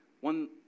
one